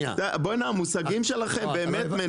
המושגים שלכם באמת מנותקים.